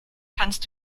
kannst